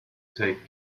take